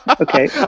Okay